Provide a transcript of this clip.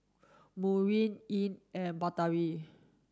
Murni Ain and Batari